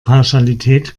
pauschalität